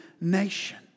nation